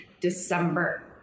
December